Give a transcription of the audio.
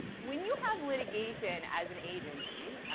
when you have litigation as an agency,